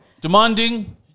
Demanding